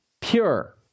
Pure